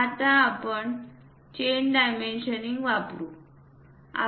आता आपण chain dimensioning वापरू इच्छितो